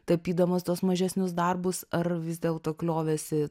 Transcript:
tapydamas tuos mažesnius darbus ar vis dėlto kliovėsi